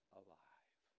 alive